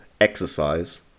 exercise